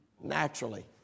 naturally